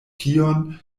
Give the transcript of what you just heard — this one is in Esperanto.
tion